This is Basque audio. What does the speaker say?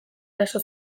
eraso